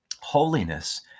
Holiness